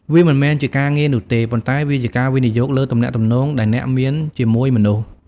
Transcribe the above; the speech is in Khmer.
វាមិនមែនជាការងារនោះទេ ប៉ុន្តែវាជាការវិនិយោគលើទំនាក់ទំនងដែលអ្នកមានជាមួយមនុស្ស។